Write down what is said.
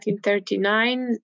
1939